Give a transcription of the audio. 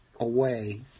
away